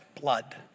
blood